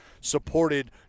supported